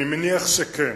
אני מניח שכן,